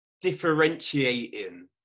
differentiating